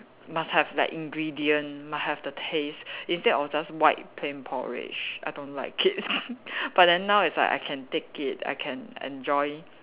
must have like ingredient must have the taste instead of just white plain porridge I don't like but then now it's like I can take it I can enjoy